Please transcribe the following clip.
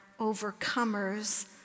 overcomers